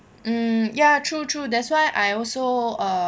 um ya true true that's why I also uh